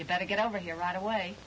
you better get over here right away